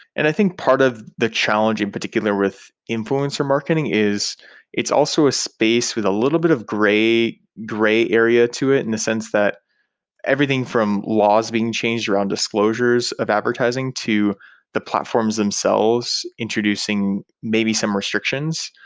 and i think part of the challenge in particular with influencer marketing is it's also a space with a little bit of gray gray area to it in a sense that everything from laws being changed around disclosures of advertising to the platforms themselves introducing maybe some restrictions.